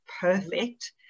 perfect